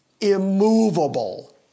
immovable